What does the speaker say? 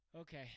Okay